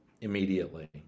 immediately